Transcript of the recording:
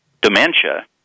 dementia